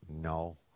No